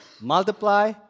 multiply